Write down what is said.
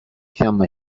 fiamma